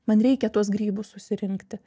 man reikia tuos grybus susirinkti